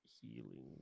Healing